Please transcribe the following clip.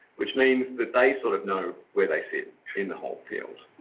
which means that they sort of know where they sit in the whole field.